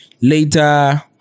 Later